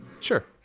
Sure